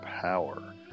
power